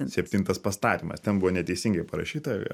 septintas pastatymas ten buvo neteisingai parašyta